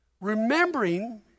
remembering